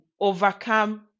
overcome